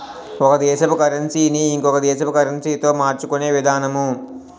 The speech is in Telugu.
ఒక దేశపు కరన్సీ ని ఇంకొక దేశపు కరెన్సీతో మార్చుకునే విధానము